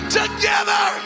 together